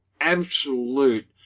absolute